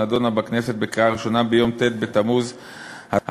נדונה בכנסת בקריאה ראשונה ביום ט' בתמוז התשע"ד,